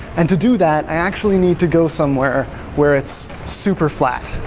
and to do that i actually need to go somewhere where it's super flat.